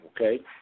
Okay